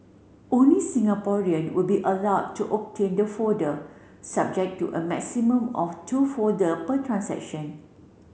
only Singaporean will be allowed to obtain the folder subject to a maximum of two folder per transaction